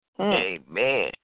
Amen